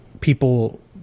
people